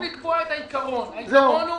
העיקרון הוא